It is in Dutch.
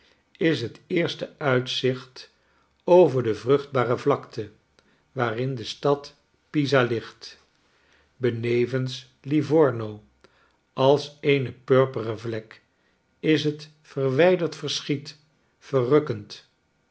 is het eerste uitzicht over de vruchtbare vlakte waarin de stadpisaligt benevens livorno als eene purperen vlek in het verwijderd verschiet verrukkend